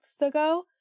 ago